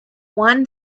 won